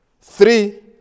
three